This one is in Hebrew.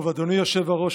אדוני היושב-ראש,